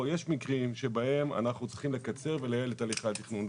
יש מקרים שבהם אנחנו צריכים לקצר ולייעל את הליכי התכנון,